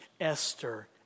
Esther